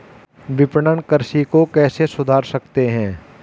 विपणन कृषि को कैसे सुधार सकते हैं?